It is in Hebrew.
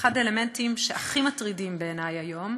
האלמנטים הכי מטרידים בעיני היום.